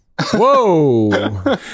Whoa